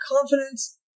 confidence